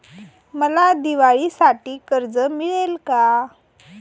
मला दिवाळीसाठी कर्ज मिळेल का?